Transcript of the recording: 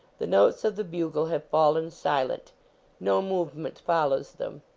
the notes of the bugle have fallen silent no movement follows them.